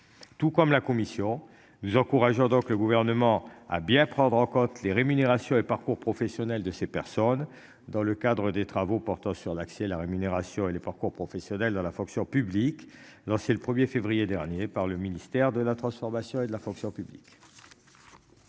Tout comme la commission nous encourageons donc le gouvernement a bien prendre en compte les rémunérations et parcours professionnel de ces personnes dans le cadre des travaux portant sur l'accès, la rémunération et les parcours professionnels dans la fonction publique lancé le 1er février dernier par le ministère de la transformation et de la fonction publique.